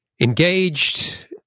engaged